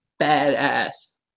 badass